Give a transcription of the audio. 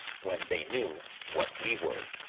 when they knew what we were.